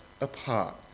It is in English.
apart